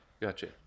gotcha